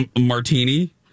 Martini